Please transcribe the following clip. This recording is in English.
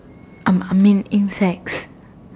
um I mean insects